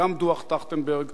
וגם דוח-טרכטנברג,